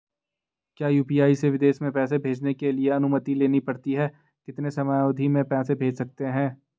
क्या यु.पी.आई से विदेश में पैसे भेजने के लिए अनुमति लेनी पड़ती है कितने समयावधि में पैसे भेज सकते हैं?